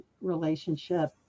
relationship